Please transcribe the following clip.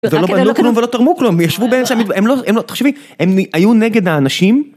ולא בנו כלום ולא תרמו כלום, יושבו בין שם, הם לא, תחשבי, הם היו נגד האנשים?